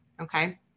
Okay